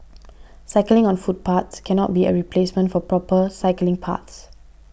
cycling on footpaths cannot be a replacement for proper cycling paths